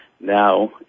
Now